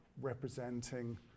representing